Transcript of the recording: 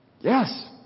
Yes